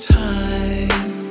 time